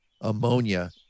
ammonia